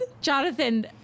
Jonathan